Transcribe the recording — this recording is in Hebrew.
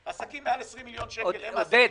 העסקים מעל 20 מיליון שקלים הם העסקים עם הרבה עובדים.